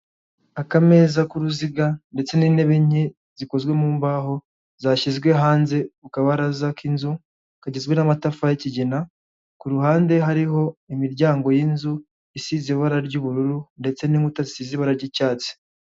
Abagabo n' numudamu bicaye yambaye ijire y'umuhondo irimo akarongo k'umukara asutse ibishuko byumukara, yambaye agashanete mu ijosi, imbere yabo kumeza hari agacupa k'amazi igitabo hejuru hariho bike.